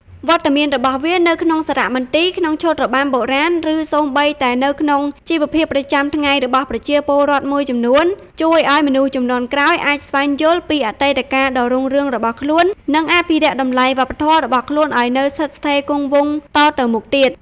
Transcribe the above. វត្តមានរបស់វា នៅក្នុងសារមន្ទីរ ក្នុងឈុតរបាំបុរាណ ឬសូម្បីតែនៅក្នុងជីវភាពប្រចាំថ្ងៃរបស់ប្រជាពលរដ្ឋមួយចំនួន ជួយឱ្យមនុស្សជំនាន់ក្រោយអាច ស្វែងយល់ ពីអតីតកាលដ៏រុងរឿងរបស់ខ្លួន និង អភិរក្សតម្លៃវប្បធម៌ របស់ខ្លួនឱ្យនៅស្ថិតស្ថេរគង់វង្សទៅមុខទៀត។